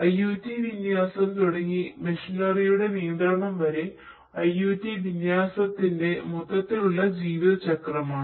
IOTവിന്യാസം തുടങ്ങി മെഷിനറിയുടെ നിയന്ത്രണം വരെ IOT വിന്യാസത്തിന്റെ മൊത്തത്തിലുള്ള ജീവിതചക്രമാണ്